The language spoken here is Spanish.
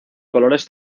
colores